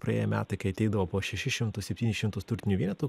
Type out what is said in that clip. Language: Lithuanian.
praėję metai kai ateidavo po šešis šimtus septynis šimtus turtinių vienetų